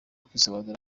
kwisobanura